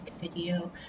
video